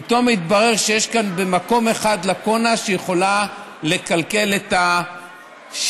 פתאום התברר שיש כאן במקום אחד לקונה שיכולה לקלקל את השגרה,